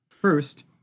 First